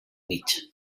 mig